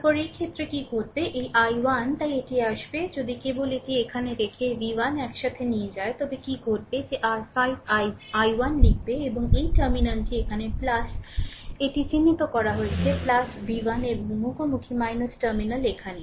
তারপরে এই ক্ষেত্রে কী ঘটবে এই i 1 তাই এটি আসবে যদি কেবল এটি এখানে রেখে v1 একসাথে নিয়ে যায় তবে কী ঘটবে যে r 5 i1 লিখবে এবং এই টার্মিনালটি এখানে এটি চিহ্নিত করা হয়েছে v1 এবং মুখোমুখি টার্মিনাল এখানে